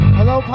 Hello